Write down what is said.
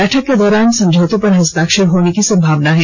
बैठक के दौरान समझौतों पर हस्ताक्षर होने की संभावना है